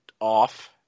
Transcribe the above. off